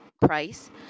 price